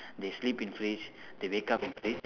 they sleep in fridge they wake up in fridge